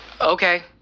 Okay